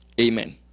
Amen